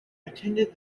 attended